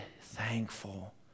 thankful